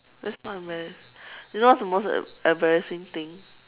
that's not embarrassing you know what's the most embarrassing thing